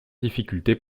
difficultés